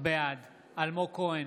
בעד אלמוג כהן,